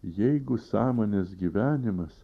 jeigu sąmonės gyvenimas